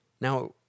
Now